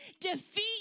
defeat